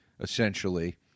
essentially